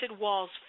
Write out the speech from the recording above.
walls